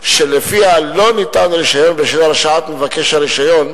שלפיה לא ניתן רשיון בשל הרשעת מבקש הרשיון,